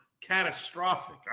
catastrophic